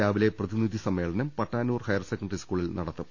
രാവിലെ പ്രതിനിധി സമ്മേളനം പട്ടാന്നൂർ ഹയർ സെക്കൻഡറി സ്കൂളിൽ നടക്കും